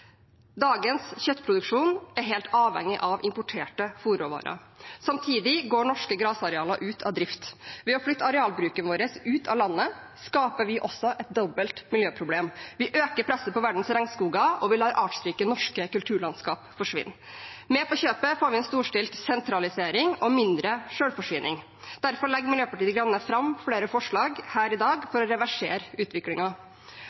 ut av drift. Ved å flytte arealbruken vår ut av landet skaper vi også et dobbelt miljøproblem. Vi øker presset på verdens regnskoger, og vi lar artsrike norske kulturlandskaper forsvinne. Med på kjøpet får vi en storstilt sentralisering og mindre selvforsyning. Derfor legger Miljøpartiet De Grønne fram flere forslag her i dag